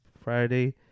friday